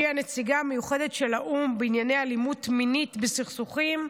שהיא הנציגה המיוחדת של האו"ם בענייני אלימות מינית בסכסוכים,